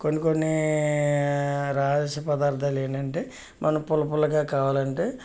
కొన్ని కొన్ని రహస్య పదార్ధాలు ఏమిటంటే మనం పుల్లపుల్లగా కావాలంటే